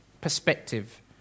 perspective